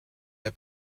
der